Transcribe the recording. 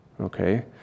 okay